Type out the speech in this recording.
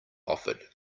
offered